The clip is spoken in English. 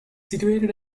situated